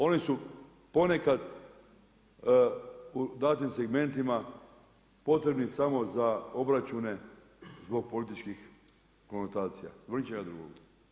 Oni su ponekad u datim segmentima potrebni samo za obračune zbog političkih konotacija, zbog ničega drugog.